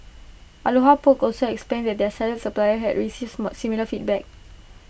aloha poke also explained that their salad supplier had similar feedback